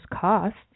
costs